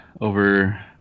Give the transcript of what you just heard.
over